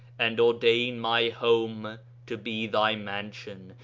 and ordain my home to be thy mansion,